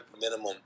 minimum